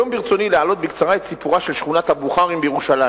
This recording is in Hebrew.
היום ברצוני להעלות בקצרה את סיפורה של שכונת הבוכרים בירושלים,